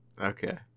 Okay